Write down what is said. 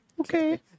Okay